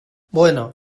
bueno